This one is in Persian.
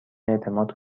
اعتماد